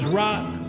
rock